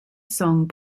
song